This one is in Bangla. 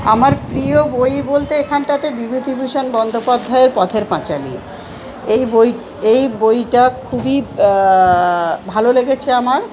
আমার প্রিয় বই বলতে এখানটাতে বিভূতিভূষণ বন্দ্যোপাধ্যায়ের পথের পাঁচালী এই বই এই বইটা খুবই ভালো লেগেছে আমার